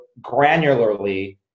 granularly